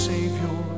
Savior